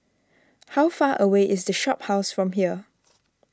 how far away is the Shophouse from here